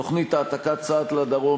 תוכנית העתקת צה"ל לדרום,